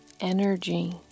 energy